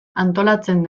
antolatzen